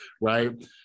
right